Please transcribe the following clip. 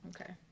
okay